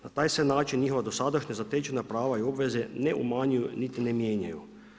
Na taj se način njihova dosadašnja zatečena prava i obveze ne umanjuju niti ne mijenjaju.